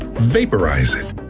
vaporize it.